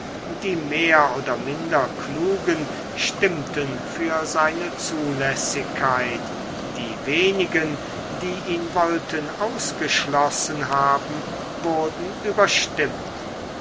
die mehr oder minder klugen stimmten für seine zulässigkeit die wenigen die ihn wollten ausgeschlossen haben wurden überstimmt